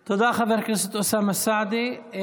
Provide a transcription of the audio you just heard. תודה, חבר הכנסת אוסאמה סעדי.